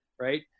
Right